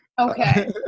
Okay